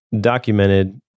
documented